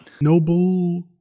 Noble